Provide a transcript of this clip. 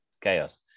chaos